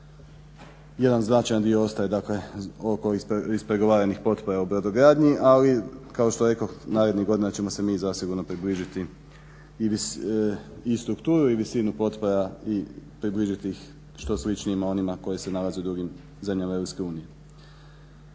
Jedan značajan dio ostaje dakle oko ispregovaranih potpora u brodogradnji, ali kao što rekoh narednih godina ćemo se mi zasigurno približiti i strukturi i visini potpora i približiti ih što sličnijim onima koji se nalaze u drugim zemljama EU. Kolegice